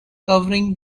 covering